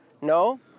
No